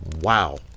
Wow